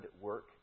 work